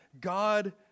God